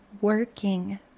working